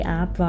app